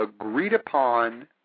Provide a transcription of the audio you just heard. agreed-upon